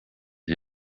him